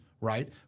right